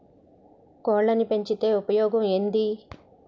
కోళ్లని పెంచితే ఉపయోగం ఏంది?